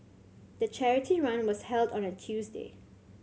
the charity run was held on a Tuesday